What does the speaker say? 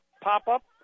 pop-up